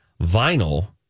vinyl